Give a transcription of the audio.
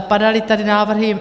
Padaly tady návrhy.